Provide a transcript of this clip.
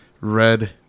Red